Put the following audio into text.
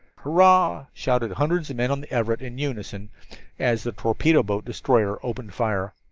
hurrah! shouted hundreds of men on the everett in unison as the torpedo-boat destroyer opened fire.